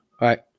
right